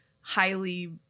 highly